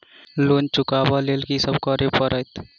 Loan चुका ब लैल की सब करऽ पड़तै?